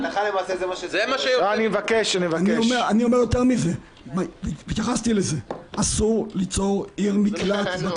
אני אגיד שבאופן טבעי הייתי אומר שאין דבר כזה גלישה,